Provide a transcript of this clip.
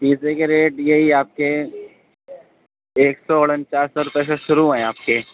پیزے کے ریٹ یہی آپ کے ایک سو اُنچاس سو روپے سے شروع ہیں آپ کے